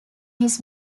his